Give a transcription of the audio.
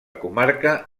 comarca